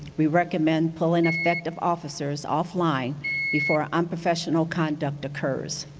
we recommend pulling ineffective officers off line before unprofessional conduct occurs.